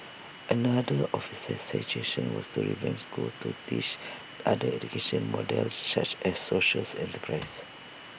another of his suggestion was to revamp schools to teach other education models such as socials enterprise